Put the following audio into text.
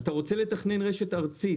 אתה רוצה לתכנן רשת ארצית